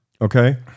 Okay